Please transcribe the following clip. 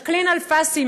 ז'קלין אלפסי,